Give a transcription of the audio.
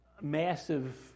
massive